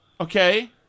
Okay